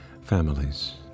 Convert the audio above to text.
families